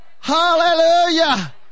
hallelujah